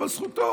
אבל זכותו,